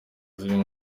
zirimo